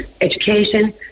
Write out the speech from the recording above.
education